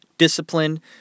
discipline